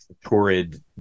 torrid